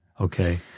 Okay